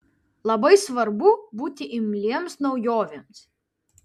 labai svarbu būti imliems naujovėms